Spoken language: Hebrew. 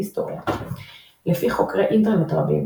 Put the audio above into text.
היסטוריה לפי חוקרי אינטרנט רבים,